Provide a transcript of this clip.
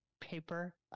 paper